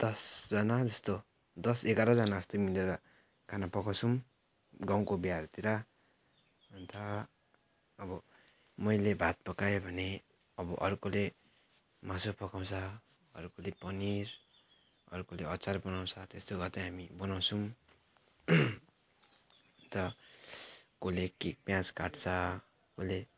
दसजना जस्तो दस एघारजना जस्तो मिलेर खाना पकाउँछौँ गाउँको बिहाहरूतिर अन्त अब मैले भात पकाएँ भने अब अर्कोले मासु पकाउँछ अर्कोले पनिर अर्कोले अचार बनाउँछ त्यस्तो गर्दै हामी बनाउँछौँ अन्त कसैले के प्याज काट्छ कसैले